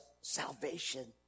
salvation